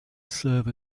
serve